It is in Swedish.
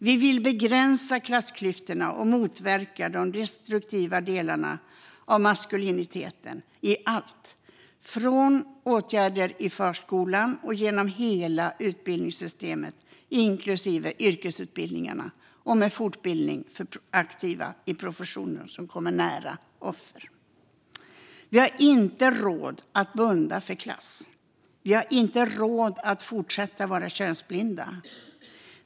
Vi vill begränsa klassklyftorna och motverka de destruktiva delarna av maskuliniteten i allt, med åtgärder från förskolan genom hela utbildningssystemet inklusive yrkesutbildningarna och med fortbildning för aktiva i professioner som kommer nära offer. Vi har inte råd att blunda för klass. Vi har inte råd att fortsätta vara könsblinda.